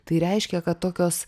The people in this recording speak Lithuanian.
tai reiškia kad tokios